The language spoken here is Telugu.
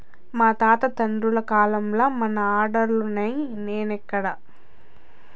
మా తాత తండ్రుల కాలంల మన ఆర్డర్లులున్నై, నేడెక్కడ